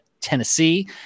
Tennessee